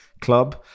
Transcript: Club